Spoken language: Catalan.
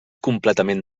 completament